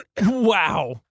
wow